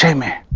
yeah me,